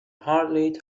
hardly